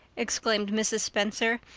exclaimed mrs. spencer,